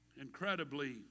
incredibly